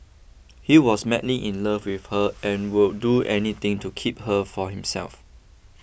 he was madly in love with her and would do anything to keep her for himself